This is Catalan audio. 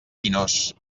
pinós